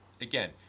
again